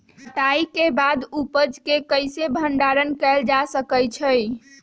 कटाई के बाद उपज के कईसे भंडारण कएल जा सकई छी?